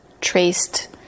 traced